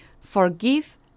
forgive